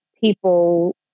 people